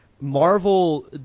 Marvel